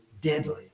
deadly